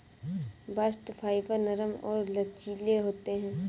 bast fibre नरम और लचीले होते हैं